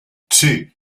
two